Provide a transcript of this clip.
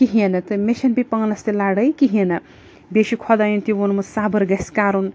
کِہیٖنۍ نہٕ تہٕ مےٚ چھَنہٕ بیٚیہِ پانَس تہِ لَڑٲے کِہیٖنۍ نہٕ بیٚیہِ چھُ خۄدایَن تہِ ووٚنمُت صبر گَژھِ کَرُن